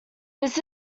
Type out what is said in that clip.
this